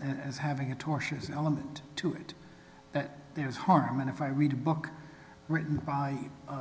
and as having a tortious element to it that there is harm and if i read a book written by